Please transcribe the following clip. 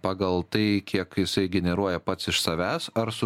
pagal tai kiek jisai generuoja pats iš savęs ar su